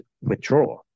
withdraw